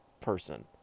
person